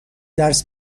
درس